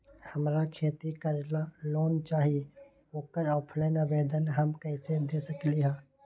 हमरा खेती करेला लोन चाहि ओकर ऑफलाइन आवेदन हम कईसे दे सकलि ह?